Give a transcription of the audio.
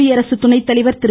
குடியரசு துணைத்தலைவா் திரு